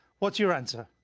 what's your answer?